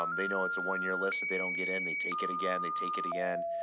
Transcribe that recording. um they know it's a one year list. if they don't get in, they take it again. they take it again.